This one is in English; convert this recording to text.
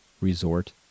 resort